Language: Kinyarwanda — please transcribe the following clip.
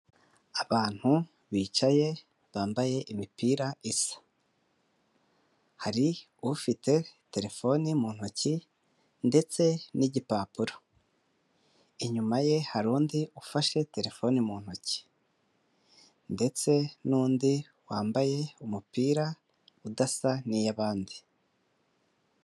Abantu bicaye bambaye imipira isa, hari ufite terefoni mu ntoki ndetse n'igipapuro, inyuma ye hari undi ufashe terefone mu ntoki ndetse n'undi wambaye umupira udasa n'iyabandi.